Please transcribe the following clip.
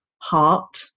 heart